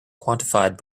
quantified